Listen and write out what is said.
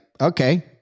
okay